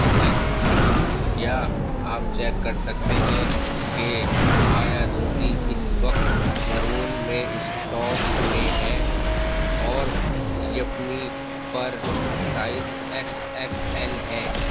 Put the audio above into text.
hello کیا آپ check کر سکتے ہیں کہ آیا دھوتی اس وقت مرون میں اسٹاک میں ہے اور یپمی پر سائز ایکس ایکس ایل ہے